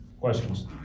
Questions